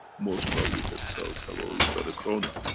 most probably themselves have already got a corona.